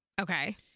Okay